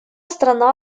страна